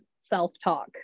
self-talk